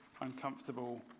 uncomfortable